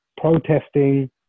protesting